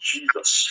Jesus